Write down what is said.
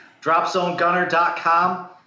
dropzonegunner.com